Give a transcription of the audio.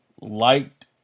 liked